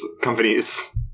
companies